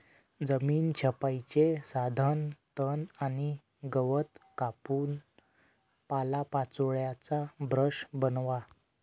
जमीन छपाईचे साधन तण आणि गवत कापून पालापाचोळ्याचा ब्रश बनवा